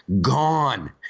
Gone